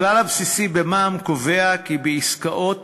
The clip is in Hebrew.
הכלל הבסיסי במע"מ קובע כי בעסקאות